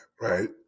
right